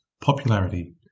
popularity